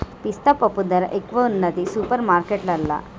పిస్తా పప్పు ధర ఎక్కువున్నది సూపర్ మార్కెట్లల్లా